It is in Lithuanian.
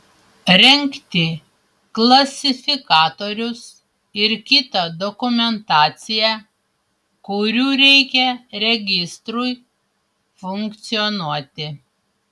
rengti klasifikatorius ir kitą dokumentaciją kurių reikia registrui funkcionuoti